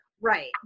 Right